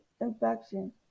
infection